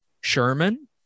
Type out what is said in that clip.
Sherman